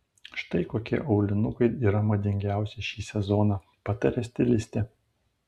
štai kokie aulinukai yra madingiausi šį sezoną pataria stilistė